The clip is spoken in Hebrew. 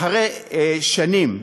אחרי שנים,